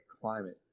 climate